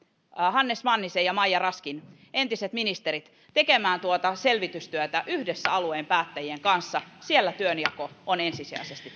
hannes mannisen ja maija raskin entiset ministerit tekemään tuota selvitystyötä yhdessä alueen päättäjien kanssa siellä työnjako on ensisijaisesti